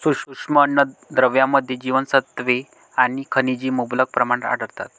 सूक्ष्म अन्नद्रव्यांमध्ये जीवनसत्त्वे आणि खनिजे मुबलक प्रमाणात आढळतात